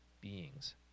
beings